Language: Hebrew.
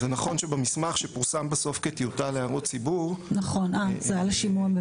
זה נכון שבמסמך שפורסם בסוף כטיוטה להערות הציבור --- זה היה לשימוע,